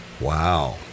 Wow